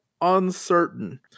uncertain